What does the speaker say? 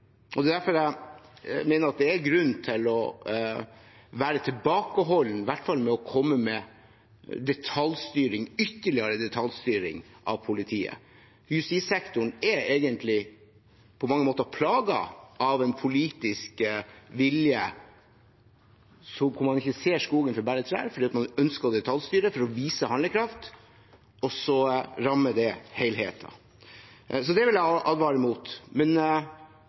Det er derfor jeg mener det er grunn til å være tilbakeholden, i hvert fall med å komme med ytterligere detaljstyring av politiet. Justissektoren er egentlig på mange måter plaget av en politisk vilje der man ikke ser skogen for bare trær, fordi man ønsker å detaljstyre for å vise handlekraft, og så rammer det helheten. Det vil jeg advare mot. Men